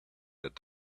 that